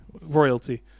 royalty